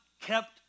kept